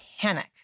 panic